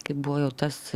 kaip buvo jau tas